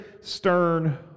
stern